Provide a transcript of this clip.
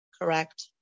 correct